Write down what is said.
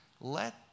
let